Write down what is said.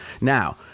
Now